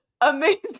amazing